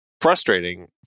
frustrating